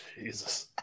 Jesus